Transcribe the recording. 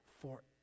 forever